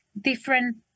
different